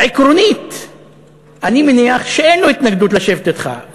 עקרונית אני מניח שאין לו התנגדות לשבת אתך.